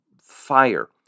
fire